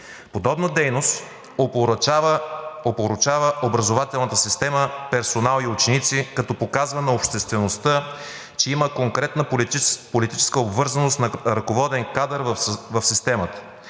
Подобна дейност опорочава образователната система, персонал и ученици, като показва на обществеността, че има конкретна политическа обвързаност на ръководен кадър в системата.